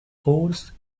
course